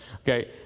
Okay